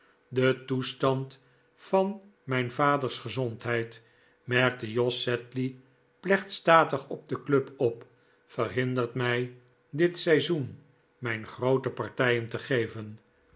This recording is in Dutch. de toestand van mijn vaders gezondheid merkte jos sedley plechtstatig op de club op verhindert mij dit seizoen mijn groote partijen te geven